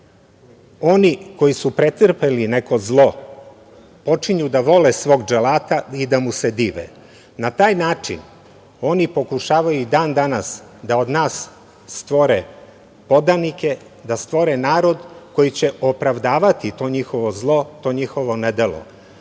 oni koji su pretrpeli neko zlo počinju da vole svog dželata i da mu se dive. Na taj način oni pokušavaju i dan-danas da od nas stvore podanike, da stvore narod koji će opravdavati to njihovo zlo, to njihovo